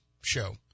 show